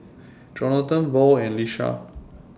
Jonathon Val and Lisha